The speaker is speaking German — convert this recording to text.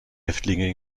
häftlinge